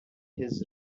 his